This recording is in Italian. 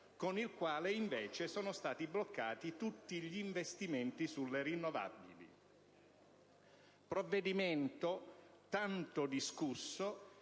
con il quale invece sono stati bloccati tutti gli investimenti sulle rinnovabili; provvedimento tanto discusso